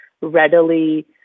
readily